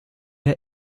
der